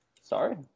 Sorry